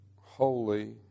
holy